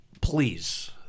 please